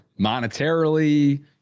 Monetarily